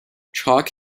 chalk